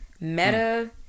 Meta